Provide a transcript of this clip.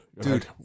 Dude